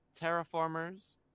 Terraformers